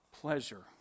pleasure